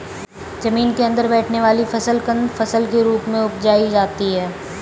जमीन के अंदर बैठने वाली फसल कंद फसल के रूप में उपजायी जाती है